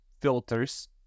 filters